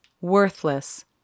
worthless